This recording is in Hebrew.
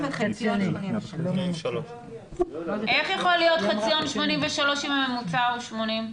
83. איך יכול להיות חציון 83 אם הממוצע הוא 80?